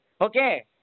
Okay